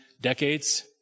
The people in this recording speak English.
decades